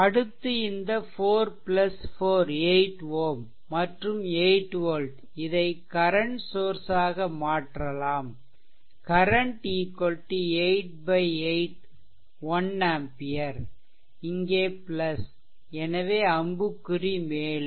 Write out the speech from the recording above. அடுத்து இந்த 44 8 Ω மற்றும் 8 volt இதை கரன்ட் சோர்ஸ் ஆக மாற்றலாம் கரன்ட் 8 8 1 ஆம்பியர் இங்கே எனவே அம்புக்குறி மேலே